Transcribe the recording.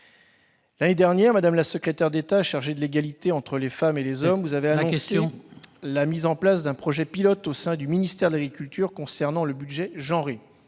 L'année dernière, madame la secrétaire d'État chargée de l'égalité entre les femmes et les hommes, vous avez annoncé la mise en place d'un projet pilote au sein du ministère de l'agriculture en matière de budget « genré